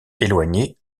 éloigné